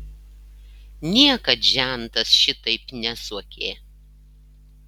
niekad žentas šitaip nesuokė